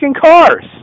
cars